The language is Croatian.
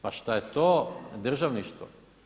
Pa šta je to državništvo?